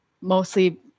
mostly